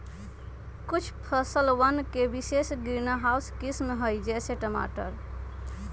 कुछ फसलवन के विशेष ग्रीनहाउस किस्म हई, जैसे टमाटर